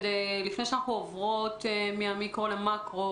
לפני שאנחנו עוברות מהמיקרו למקרו,